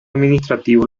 administrativo